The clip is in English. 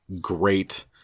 great